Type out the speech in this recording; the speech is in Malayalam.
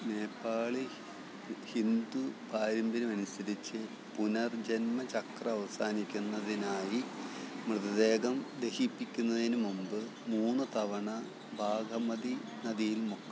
നേപ്പാളി ഹിന്ദു പാരമ്പര്യമനുസരിച്ച് പുനർജന്മ ചക്രം അവസാനിക്കുന്നതിനായി മൃതദേഹം ദഹിപ്പിക്കുന്നതിന് മുമ്പ് മൂന്ന് തവണ ബാഗ്മതി നദിയിൽ മുക്കണം